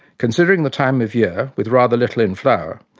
considering the time of year, with rather little in flower,